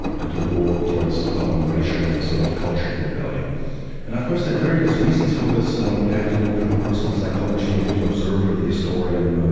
and to go ah towards the commemoration of the sort of cultural rebellion. and of course there are various reasons for this and one would have to go into the personal psychology of the observer, the historian,